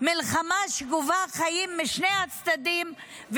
מלחמה שגובה חיים משני הצדדים,